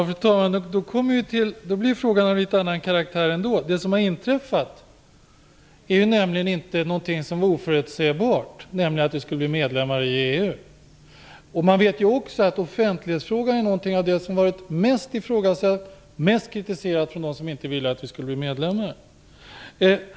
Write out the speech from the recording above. Fru talman! Då blir frågan av helt annan karaktär. Det som har inträffat är nämligen inte någonting som var oförutsebart, nämligen att vi skulle bli medlemmar i EU. Man vet också att offentlighetsfrågan hör till det som har varit mest ifrågasatt, mest kritiserat av dem som inte ville att vi skulle bli medlemmar.